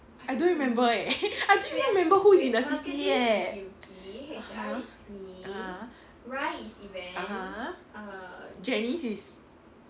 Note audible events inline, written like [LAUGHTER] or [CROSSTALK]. I don't remember eh [LAUGHS] I can't even remember who is in the C_C_A eh (uh huh) (uh huh) (uh huh) janice is